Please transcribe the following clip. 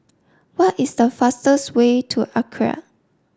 what is the fastest way to Accra